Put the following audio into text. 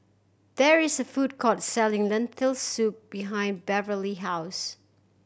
there is a food court selling Lentil Soup behind Beverly house